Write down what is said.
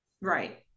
Right